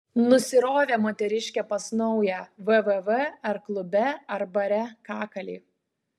nusirovė moteriškė pas naują www ar klube ar bare kakalį